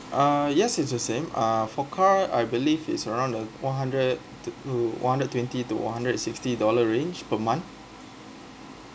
uh yes it's the same uh for car I believe is around uh one hundred to to one hundred twenty to one hundred and sixty dollar range per month